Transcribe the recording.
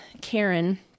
Karen